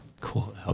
Cool